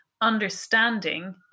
understanding